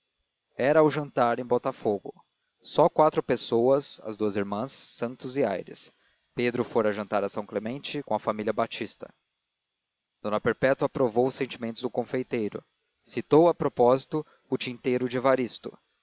era ao jantar em botafogo só quatro pessoas as duas irmãs santos e aires pedro fora jantar a são clemente com a família batista d perpétua aprovou os sentimentos do confeiteiro citou a propósito o tinteiro de